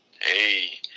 Hey